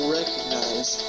recognize